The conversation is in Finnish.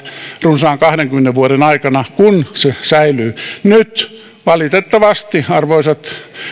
runsaan kahdenkymmenen vuoden aikana kun se säilyi nyt valitettavasti arvoisat